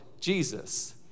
Jesus